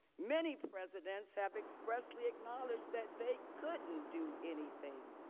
many presidents have expressly acknowledged that they couldn't do anything